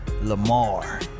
Lamar